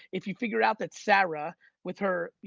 if you figured out that sarah with her,